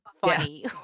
funny